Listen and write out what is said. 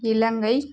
இலங்கை